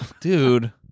Dude